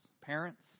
parents